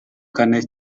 kane